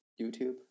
YouTube